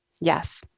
Yes